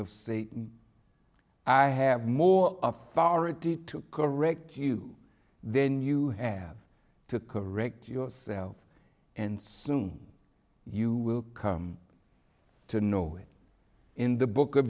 wrong i have more authority to correct you then you have to correct yourself and soon you will come to know in the book